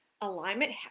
alignment